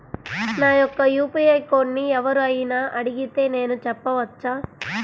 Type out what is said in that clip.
నా యొక్క యూ.పీ.ఐ కోడ్ని ఎవరు అయినా అడిగితే నేను చెప్పవచ్చా?